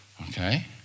okay